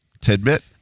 Tidbit